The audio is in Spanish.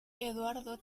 eduardo